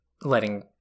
letting